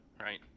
right